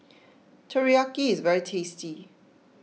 Teriyaki is very tasty